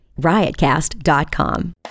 riotcast.com